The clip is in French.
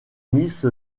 miss